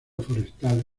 forestal